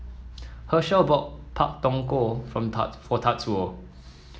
Hershell bought Pak Thong Ko from for Tatsuo